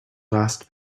last